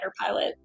pilot